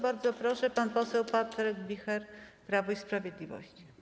Bardzo proszę, pan poseł Patryk Wicher, Prawo i Sprawiedliwość.